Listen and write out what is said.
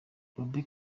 bobbi